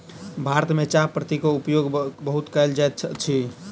भारत में चाह पत्तीक उपयोग बहुत कयल जाइत अछि